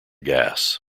gas